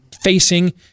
facing